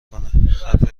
کند